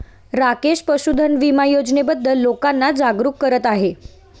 राकेश पशुधन विमा योजनेबद्दल लोकांना जागरूक करत आहे